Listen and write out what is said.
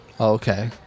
Okay